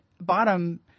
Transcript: bottom